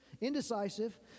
indecisive